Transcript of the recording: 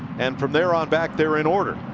and from there on back they're in order.